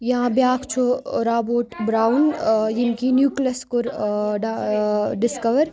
یا بیٛاکھ چھُ رابوٹ برٛاوُن ییٚم کہِ نیٛوٗکلَس کوٚر ڈَ ڈِسکَور